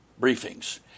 briefings